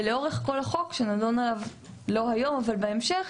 ולאורך כל החוק שנדון עליו לא היום ובהמשך,